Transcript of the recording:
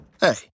Hey